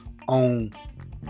on